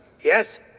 Yes